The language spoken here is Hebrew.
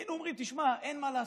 היינו אומרים: תשמע, אין מה לעשות,